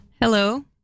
Hello